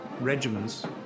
regiments